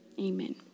Amen